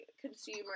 consumer